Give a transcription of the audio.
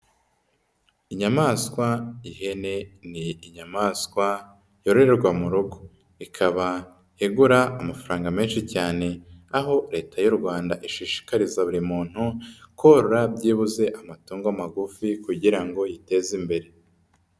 Inyamaswa, ihene ni inyamaswa yororwa mu rugo. Ikaba igura amafaranga menshi cyane, aho leta y'u Rwanda ishishikariza buri muntu korora byibuze amatungo magufi kugira ngo yiteze imbere.